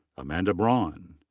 amanda braun.